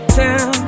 town